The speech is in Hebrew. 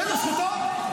בסדר, זכותו.